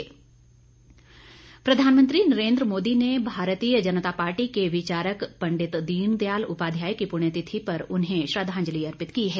भाजपा प्रधानमंत्री नरेन्द्र मोदी ने भारतीय जनता पार्टी के विचारक पंडित दीन दयाल उपाध्याय की पुण्यतिथि पर उन्हें श्रद्वांजलि अर्पित की है